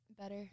better